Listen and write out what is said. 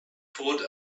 food